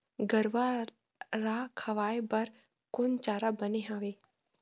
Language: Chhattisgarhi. गरवा रा खवाए बर कोन चारा बने हावे?